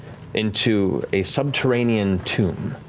into a subterranean tomb,